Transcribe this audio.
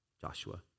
Joshua